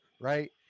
right